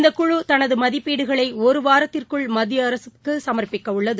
இந்த குழு தனது மதிப்பீடுகளை ஒரு வாரத்திற்குள் மத்திய அரசுக்கு சமா்ப்பிக்கவுள்ளது